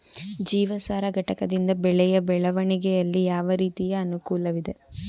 ಜೀವಸಾರ ಘಟಕದಿಂದ ಬೆಳೆಯ ಬೆಳವಣಿಗೆಯಲ್ಲಿ ಯಾವ ರೀತಿಯ ಅನುಕೂಲವಿದೆ?